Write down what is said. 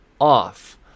off